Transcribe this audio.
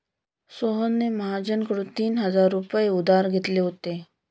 सोहनने महाजनकडून तीन हजार रुपये उधार घेतले होते